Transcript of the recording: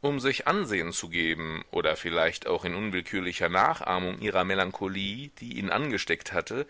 um sich ansehen zu geben oder vielleicht auch in unwillkürlicher nachahmung ihrer melancholie die ihn angesteckt hatte